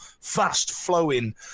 fast-flowing